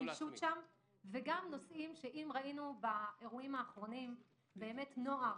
וגם נושאים שאם ראינו באירועים האחרונים נוער